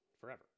forever